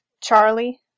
Charlie